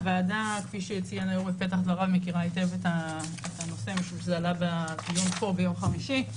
הוועדה מכירה היטב את הנושא משום שזה עלה בדיון פה ביום חמישי.